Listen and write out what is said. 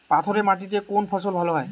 পাথরে মাটিতে কোন ফসল ভালো হয়?